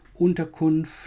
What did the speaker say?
Unterkunft